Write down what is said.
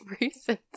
reasons